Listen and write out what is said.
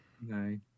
No